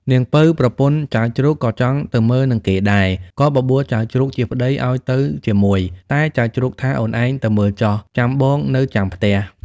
នាងពៅប្រពន្ធចៅជ្រូក ក៏ចង់ទៅមើលនឹងគេដែរ ក៏បបួលចៅជ្រូកជាប្ដីឱ្យទៅជាមួយ តែចៅជ្រូកថា អូនឯងទៅមើលចុះ ចាំបងនៅចាំផ្ទះ។